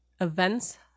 events